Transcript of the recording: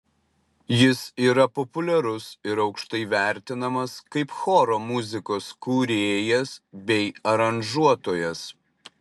jis yra populiarus ir aukštai vertinamas kaip choro muzikos kūrėjas bei aranžuotojas